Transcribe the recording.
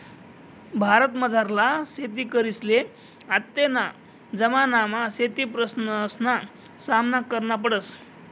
भारतमझारला शेतकरीसले आत्तेना जमानामा शेतीप्रश्नसना सामना करना पडस